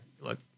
look